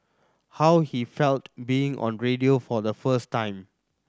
how he felt being on radio for the first time